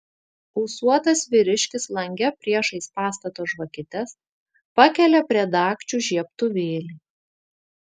ūsuotas vyriškis lange priešais pastato žvakides pakelia prie dagčių žiebtuvėlį